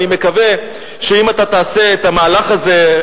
ואני מקווה שאם אתה תעשה את המהלך הזה,